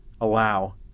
allow